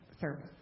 service